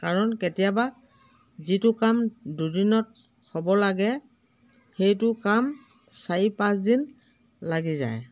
কাৰণ কেতিয়াবা যিটো কাম দুদিনত হ'ব লাগে সেইটো কাম চাৰি পাঁচদিন লাগি যায়